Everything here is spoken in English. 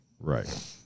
Right